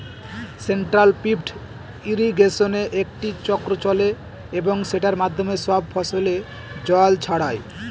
central pivot ইর্রিগেশনে একটি চক্র চলে এবং সেটার মাধ্যমে সব ফসলে জল ছড়ায়